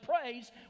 praise